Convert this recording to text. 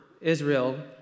Israel